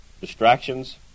Distractions